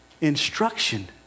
instruction